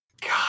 God